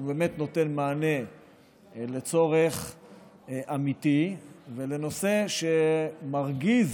הוא באמת נותן מענה לצורך אמיתי ולנושא שמרגיז